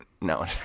No